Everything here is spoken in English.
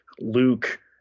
luke